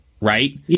right